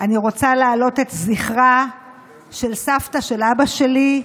ואני רוצה להעלות את זכרה של סבתא של אבא שלי,